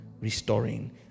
restoring